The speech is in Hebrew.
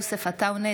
יוסף עטאונה,